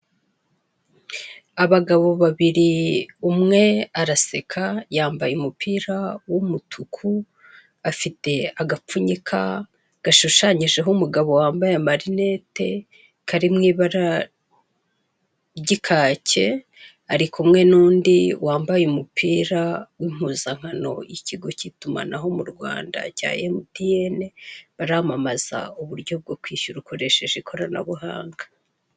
Abagabo babiri umwe araseka yambaye umupira w'umutuku, afite agapfunyika gashushanyijeho umugabo wambaye amarinete, kari mu ibara ry'ikake ari kumwe n'undi wambaye umupira w'impuzankano ikigo cy'itumanaho mu Rwanda cya MTN baramamaza uburyo bwo kwishyura ukoresheje ikoranabuhanga.